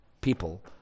people